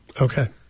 Okay